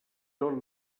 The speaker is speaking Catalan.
tot